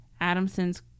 Adamson's